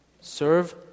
serve